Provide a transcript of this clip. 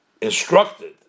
instructed